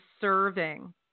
serving